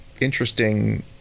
interesting